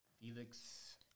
Felix